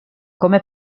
come